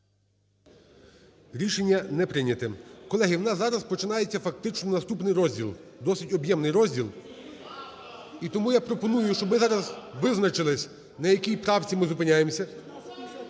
Рішення не прийняте. Колеги, в нас зараз починається фактично наступний розділ, досить об'ємний розділ. І тому я пропоную, щоб ми зараз визначились, на якій правці ми зупиняємося,